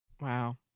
Wow